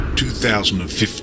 2015